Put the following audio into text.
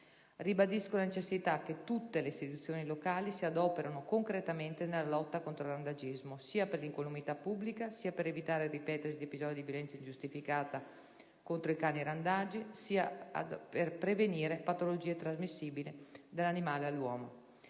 Ribadisco la necessità che tutte le istituzioni locali si adoperino concretamente nella lotta contro il randagismo, sia per l'incolumità pubblica sia per evitare il ripetersi di episodi di violenza ingiustificata contro i cani randagi, sia per prevenire patologie trasmissibili dall'animale all'uomo.